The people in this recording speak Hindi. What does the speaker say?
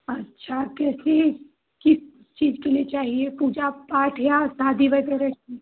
अच्छा कैसी किस चीज़ के लिये चाहिए पूजा पाठ या शादी वगेरह